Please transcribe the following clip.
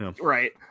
right